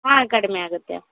ಹಾಂ ಕಡಿಮೆ ಆಗುತ್ತೆ